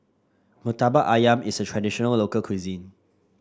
Murtabak ayam is a traditional local cuisine